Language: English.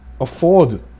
afford